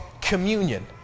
communion